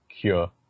cure